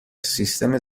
سیستم